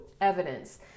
evidence